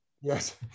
Yes